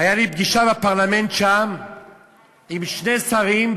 הייתה לי פגישה בפרלמנט שם עם שני שרים,